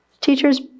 Teachers